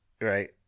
right